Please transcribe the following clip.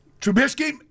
Trubisky